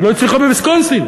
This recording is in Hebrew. היא לא הצליחה בוויסקונסין,